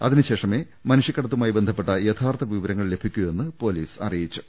അതിനുശേഷമേ മനുഷ്യക്കടത്തുമായി ബന്ധപ്പെട്ട യഥാർത്ഥ വിവരങ്ങൾ ലഭിക്കൂ എന്ന് പോലീസ് അറിയിച്ചു